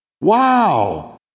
Wow